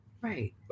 right